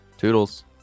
Toodles